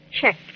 Check